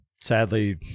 sadly